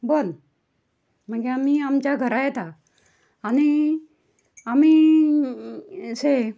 बंद मागीर आमी आमच्या घरा येता आनी आमी असें